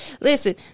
Listen